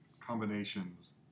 combinations